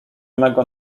mego